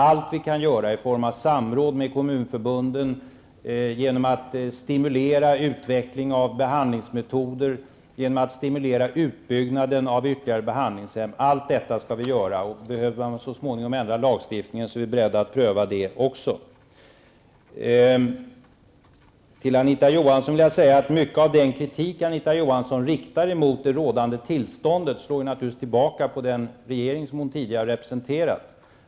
Allt vi kan göra i samråd med kommunförbunden, t.ex. genom att stimulera utveckling av behandlingsmetoder och utbyggnad av ytterligare behandlingshem, skall vi naturligtvis också göra. Om man finner att lagstiftningen så småningom behöver ändras, är vi givetvis beredda att även göra det. Mycket av den kritik som Anita Johansson riktade mot det rådande tillståndet slår naturligtvis tillbaka mot den regering som hon tidigare har representerat.